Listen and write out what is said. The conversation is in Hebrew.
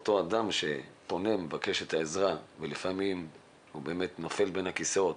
את אותו אדם שפונה ומבקש את העזרה ולפעמים הוא באמת נופל בין הכיסאות.